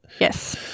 Yes